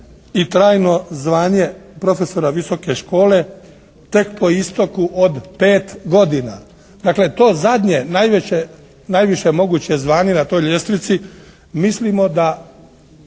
i trajno zvanje profesora visoke škole tek po isteku od pet godina. Dakle, to zadnje, najveće, najviše zvanje na toj ljestvici mislimo da